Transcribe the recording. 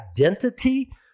identity